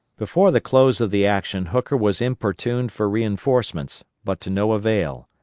before the close of the action hooker was importuned for reinforcements, but to no avail.